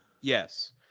Yes